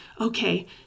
okay